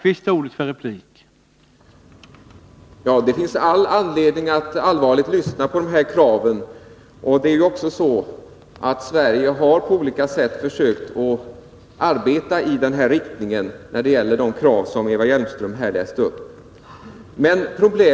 Herr talman! Det finns anledning att lyssna till de här kraven. Sverige har också på olika sätt försökt att arbeta i den riktningen beträffande de krav som Eva Hjelmström läste upp.